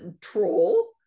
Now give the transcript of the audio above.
troll